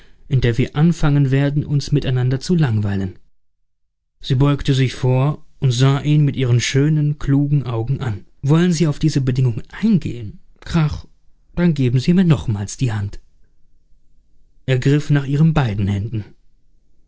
in der wir anfangen werden uns miteinander zu langweilen sie beugte sich vor und sah ihn mit ihren schönen klugen augen an wollen sie auf diese bedingungen eingehen grach dann geben sie mir nochmals die hand er griff nach ihren beiden händen